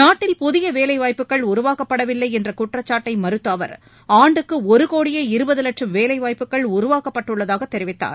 நாட்டில் புதிய வேலை வாய்ப்புகள் உருவாக்கப்படவில்லை என்ற குற்றச்சாட்டை மறுத்த அவர் ஆண்டுக்கு ஒரு கோடியே இருபது லட்சும் வேலை வாய்ப்புகள் உருவாக்கப்பட்டுள்ளதாகத் தெரிவித்தார்